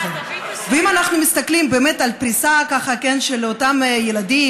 ואם אנחנו מסתכלים באמת על הפריסה של אותם ילדים,